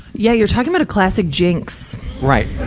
yeah. you talking about a classic jinx. right.